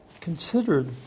considered